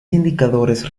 indicadores